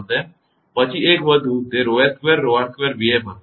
પછી એક વધુ તે 𝜌𝑠2𝜌𝑟2𝑣𝑓 હશે કારણ કે 5